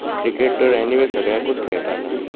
cricket तर anyways सगळ्याकूच खेळटात आमी सो